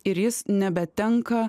ir jis nebetenka